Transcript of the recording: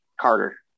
carter